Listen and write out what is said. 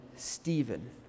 stephen